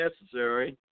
necessary